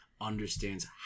understands